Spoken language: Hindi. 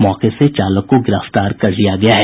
मौके से चालक को गिरफ्तार कर लिया गया है